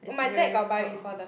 it's very cold